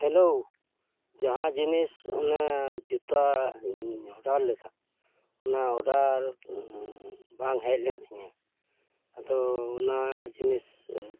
hello ᱡᱟᱦᱟᱸ ᱡᱤᱱᱤᱥ ᱚᱱᱟ ᱡᱩᱛᱟᱜ ᱤᱧ ᱚᱰᱟᱨ ᱞᱮᱫᱟ ᱚᱱᱟ ᱚᱰᱟᱨ ᱵᱟᱝ ᱦᱮᱡ ᱞᱮᱱ ᱛᱤᱧᱟᱹ ᱟᱫᱚ ᱚᱱᱟ ᱡᱤᱱᱤᱥ